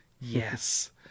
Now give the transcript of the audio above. yes